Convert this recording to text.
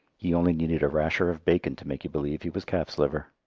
he only needed a rasher of bacon to make you believe he was calf's liver.